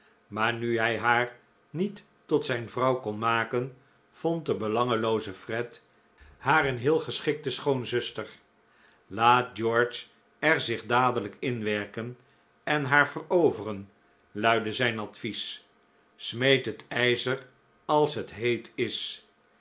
maar nu hij haar niet tot zijn vrouw kon maken vond de belanglooze fred haar een heel geschikte schoonzuster laat george er zich dadelijk inwerken en haar veroveren luidde zijn advies smeed het ijzer als het heet is